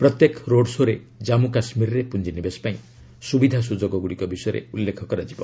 ପ୍ରତ୍ୟେକ ରୋଡ୍ଶୋ ରେ ଜାମ୍ମ କାଶ୍କୀରରେ ପୁଞ୍ଜିନିବେଶ ପାଇଁ ସୁବିଧା ସୁଯୋଗଗୁଡ଼ିକ ବିଷୟରେ ଉଲ୍ଲେଖ କରାଯିବ